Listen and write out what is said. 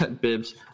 Bibs